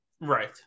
Right